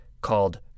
called